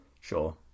Sure